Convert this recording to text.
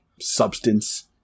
substance